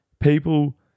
People